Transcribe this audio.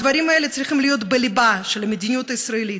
הדברים האלה צריכים להיות בליבה של המדיניות הישראלית,